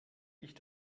ich